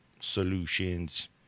solutions